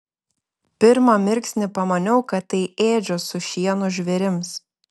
pirmą mirksnį pamaniau kad tai ėdžios su šienu žvėrims